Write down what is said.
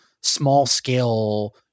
small-scale